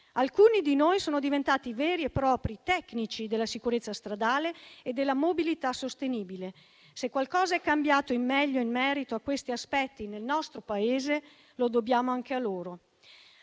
Alcuni di noi sono diventati veri e propri tecnici della sicurezza stradale e della mobilità sostenibile. Se qualcosa è cambiato in meglio in merito a questi aspetti nel nostro Paese, lo dobbiamo anche a loro.